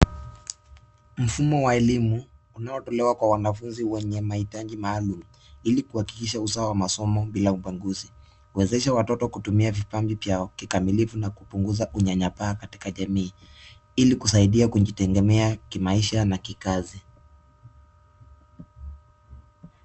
Mfumo wa elimu unaotolewa kwa wanafunzi wenye mahitaji maalum ili kuhakikisha usawa wa masomo bila ubaguzi. Huwezesha watoto kutumia vipaji vyao kikamilifu na kupunguza unyanyapaa katika jamii ili kusaidia kujitegemea kimaisha na kikazi.